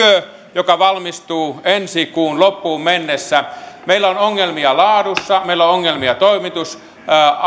joka valmistuu ensi kuun loppuun mennessä meillä on ongelmia laadussa meillä on ongelmia toimitusajoissa